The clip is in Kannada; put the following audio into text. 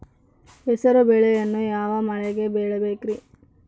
ಹೆಸರುಬೇಳೆಯನ್ನು ಯಾವ ಮಳೆಗೆ ಬೆಳಿಬೇಕ್ರಿ?